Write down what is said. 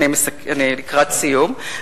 אני לקראת סיום.